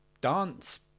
dance